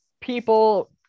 people